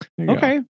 okay